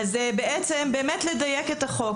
אז בעצם באמת לדייק את החוק,